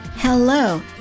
Hello